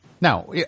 Now